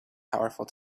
powerful